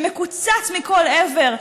שמקוצץ מכל עבר,